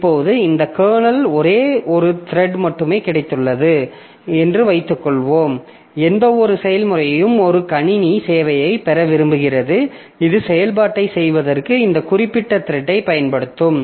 இப்போது இந்த கர்னலில் ஒரே ஒரு த்ரெட் மட்டுமே கிடைத்துள்ளது என்று வைத்துக்கொள்வோம் எந்தவொரு செயல்முறையும் ஒரு கணினி சேவையைப் பெற விரும்புகிறது இது செயல்பாட்டைச் செய்வதற்கு இந்த குறிப்பிட்ட த்ரெட்டை பயன்படுத்தும்